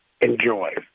Enjoy